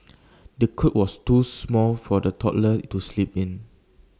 the cot was too small for the toddler to sleep in